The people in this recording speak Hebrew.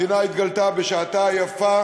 המדינה התגלתה בשעתה היפה,